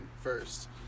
first